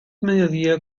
mediodía